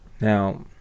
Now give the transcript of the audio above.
Now